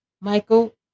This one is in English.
Michael